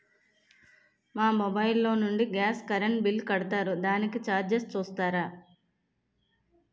మా మొబైల్ లో నుండి గాస్, కరెన్ బిల్ కడతారు దానికి చార్జెస్ చూస్తారా?